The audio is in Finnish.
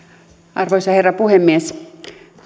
arvoisa herra puhemies